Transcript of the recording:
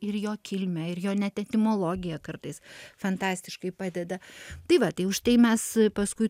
ir jo kilmę ir jo net etimologija kartais fantastiškai padeda tai va tai už tai mes paskui